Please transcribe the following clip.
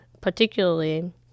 particularly